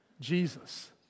Jesus